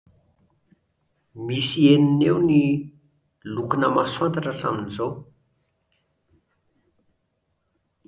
Misy enina eo ny lokona maso fantatra hatramin'izao